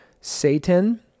Satan